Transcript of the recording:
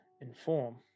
inform